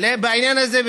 בעניין הזה.